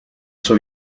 suo